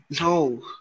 no